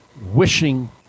wishing